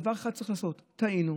דבר אחד היו צריכים לעשות: טעינו,